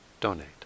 donate